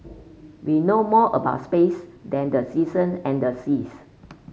we know more about space than the season and the seas